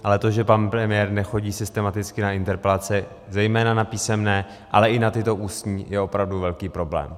Ale to, že pan premiér nechodí systematicky na interpelace, zejména na písemné, ale i na tyto ústní, je opravdu velký problém.